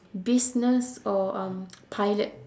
business or pilot